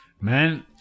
man